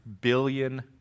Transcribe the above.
billion